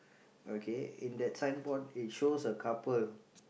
okay in that signboard it shows a couple